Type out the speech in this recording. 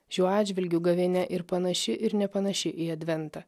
šiuo atžvilgiu gavėnia ir panaši ir nepanaši į adventą